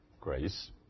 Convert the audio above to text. grace